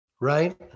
Right